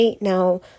Now